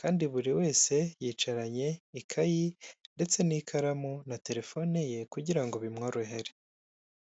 kandi buri wese yicaranye ikayi ndetse n'ikaramu na telefone ye kugira ngo bimworohere.